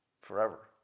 forever